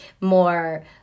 more